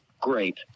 great